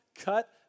cut